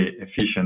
efficient